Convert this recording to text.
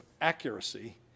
accuracy